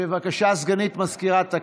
בבקשה, סגנית מזכירת הכנסת.